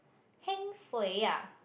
heng suay ah